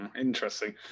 interesting